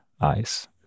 eyes